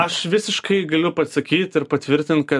aš visiškai galiu pasakyt ir patvirtint kad